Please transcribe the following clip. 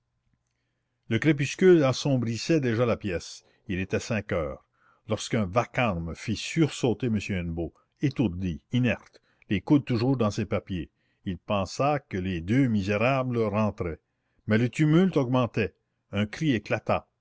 le crépuscule assombrissait déjà la pièce il était cinq heures lorsqu'un vacarme fit sursauter m hennebeau étourdi inerte les coudes toujours dans ses papiers il pensa que les deux misérables rentraient mais le tumulte augmentait un cri éclata